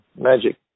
magic